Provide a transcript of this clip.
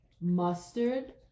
mustard